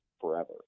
forever